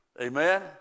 Amen